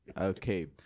Okay